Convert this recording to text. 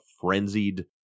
frenzied